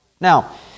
Now